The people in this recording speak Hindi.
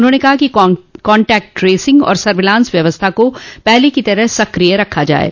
उन्होंने कहा कि कान्टेक्ट ट्रैसिंग और सर्विलांस व्यवस्था को पहले की तरह सक्रिय रखा जाये